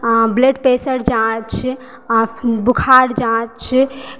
आ blood pressure जाँच बुख़ार जाँच